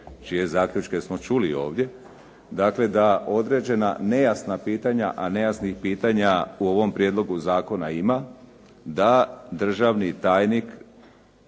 čije zaključke smo čuli ovdje, dakle da određena nejasna pitanja, a nejasnih pitanja u ovom prijedlogu zakona ima, da državni tajnik,